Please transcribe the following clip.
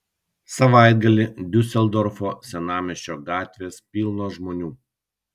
savaitgalį diuseldorfo senamiesčio gatvės pilnos žmonių